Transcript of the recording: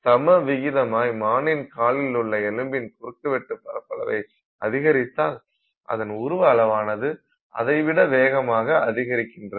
சமவிகிதமாய் மானின் காலில் உள்ள எலும்பின் குறுக்குவெட்டு பரப்பளவை அதிகரித்தால் அதன் உருவ அளவானது அதைவிட வேகமாக அதிகரிக்கின்றது